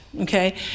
okay